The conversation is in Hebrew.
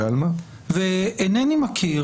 אינני מכיר,